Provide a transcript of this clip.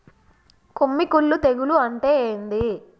కొమ్మి కుల్లు తెగులు అంటే ఏంది?